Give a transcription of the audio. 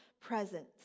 presence